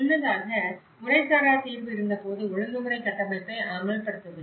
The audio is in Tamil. முன்னதாக முறைசாரா தீர்வு இருந்தபோது ஒழுங்குமுறை கட்டமைப்பை அமல்படுத்தவில்லை